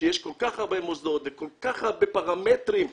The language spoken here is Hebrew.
כשיש כל כך הרבה מוסדות וכל כך הרבה פרמטרים בתקנות.